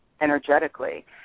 energetically